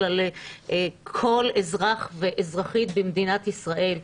אלא גם לכל אזרח ואזרחית במדינת ישראל.